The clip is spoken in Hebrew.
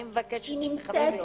אני מבקשת שתחברי לי אותה.